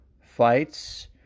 fights